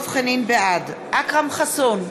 בעד אכרם חסון,